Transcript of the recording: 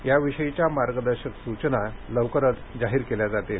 याविषयीच्या मार्गदर्शक सूचना लवकरच जाहीर केल्या जातील